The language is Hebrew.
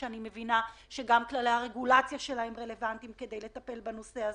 שאני מבינה שגם כללי הרגולציה שלהם רלוונטיים לטיפול בנושא הזה.